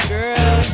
Girl